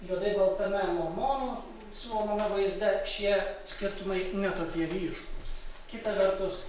juodai baltame mormonų siūlomame vaizde šie skirtumai ne tokie ryškūs kita vertus